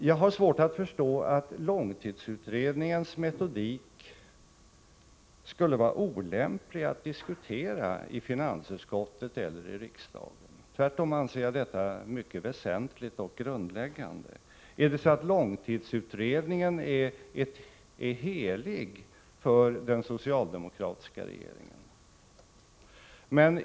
Jag har svårt att förstå att långtidsutredningens metodik skulle vara olämplig att diskutera i finansutskottet eller i riksdagen. Tvärtom anser jag detta mycket väsentligt och grundläggande. Är det så att långtidsutredningen är helig för den socialdemokratiska regeringen?